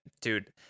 dude